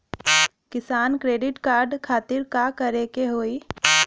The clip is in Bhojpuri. किसान क्रेडिट कार्ड खातिर का करे के होई?